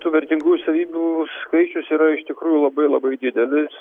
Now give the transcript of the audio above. tų vertingųjų savybių skaičius yra iš tikrųjų labai labai didelis